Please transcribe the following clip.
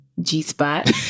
G-spot